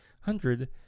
Hundred